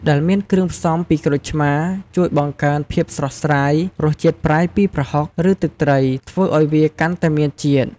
ដែលមានគ្រឿងផ្សំ ពីក្រូចឆ្មារ ជួយបង្កើនភាពស្រស់ស្រាយ រសជាតិប្រៃពីប្រហុក ឬទឹកត្រី ធ្វើឱ្យវាកាន់តែមានជាតិ។